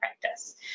practice